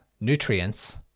nutrients